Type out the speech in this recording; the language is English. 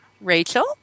Rachel